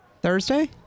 Thursday